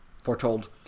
foretold